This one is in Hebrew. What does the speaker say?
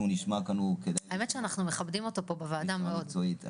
כשהוא נשמע כאן הוא מדבר בצורה מאוד מקצועית.